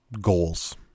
goals